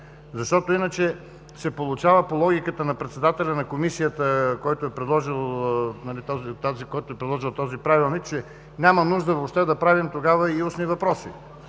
защото иначе се получава по логиката на председателя на комисията, който е предложил този Правилник, че няма нужда въобще да правим тогава и устни въпроси